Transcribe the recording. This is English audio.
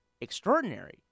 extraordinary